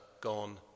gone